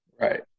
Right